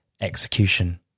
execution